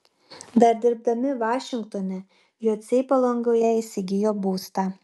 dar dirbdami vašingtone jociai palangoje įsigijo būstą